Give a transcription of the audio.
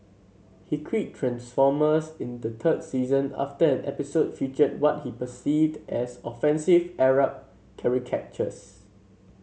he quit transformers in the third season after an episode featured what he perceived as offensive Arab caricatures